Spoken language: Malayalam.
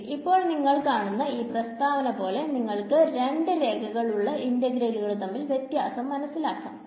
ശെരി ഇപ്പോൾ നിങ്ങൾ കാണുന്ന ഈ പ്രസ്താവന പോലെ നിങ്ങൾക്ക് രണ്ട് രേഖകൾ ഉള്ള ഇന്റഗ്രലുകൾ തമ്മിലുള്ള വ്യതാസം മനസിലാക്കാം